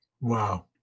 Wow